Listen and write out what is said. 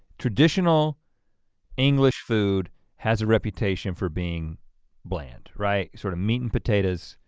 traditional english food has a reputation for being bland. right, sort of meat and potatoes.